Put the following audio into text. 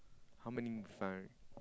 how many you find already